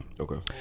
Okay